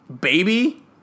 baby